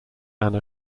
anna